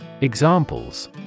Examples